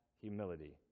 humility